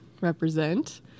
represent